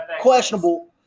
questionable